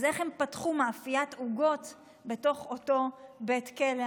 אז איך הם פתחו מאפיית עוגות בתוך אותו בית כלא?